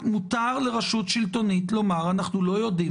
מותר לרשות שלטונית לומר "אנחנו לא יודעים,